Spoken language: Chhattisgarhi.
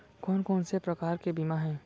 कोन कोन से प्रकार के बीमा हे?